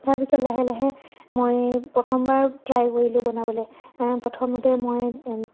তাৰ পিছত লাহে লাহে মই প্ৰথমবাৰ ট্ৰাই কৰিলোঁ বনাবলৈ প্ৰথমতে মই